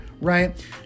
right